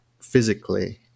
physically